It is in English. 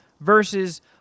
versus